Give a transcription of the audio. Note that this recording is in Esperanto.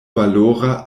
valora